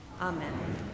Amen